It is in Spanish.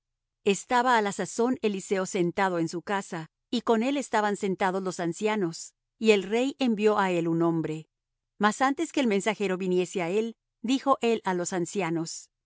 estaba á la sazón eliseo sentado en su casa y con él estaban sentados los ancianos y el rey envió á él un hombre mas antes que el mensajero viniese á él dijo él á los ancianos